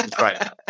Right